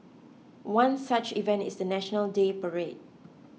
one such event is the National Day parade